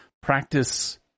practice